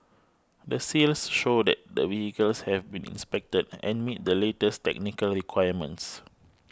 the seals show that the vehicles have been inspected and meet the latest technical requirements